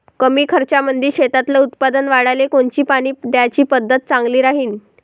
कमी खर्चामंदी शेतातलं उत्पादन वाढाले कोनची पानी द्याची पद्धत चांगली राहीन?